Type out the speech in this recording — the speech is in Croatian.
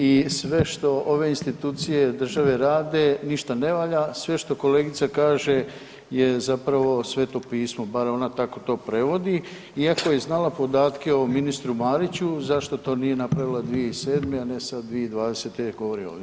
I sve što ove institucije države rade ništa ne valja, sve što kolegica kaže je zapravo Sveto pismo, bar ona to tako prevodi, i ako je znala podatke o ministru Mariću zašto to nije napravila 2007., a ne 2020. govori ovdje?